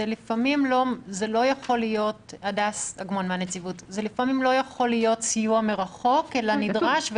שלפעמים זה לא יכול להיות סיוע מרחוק אלא נדרשת,